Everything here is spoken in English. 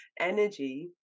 energy